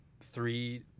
three